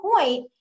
point